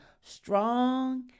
strong